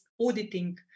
auditing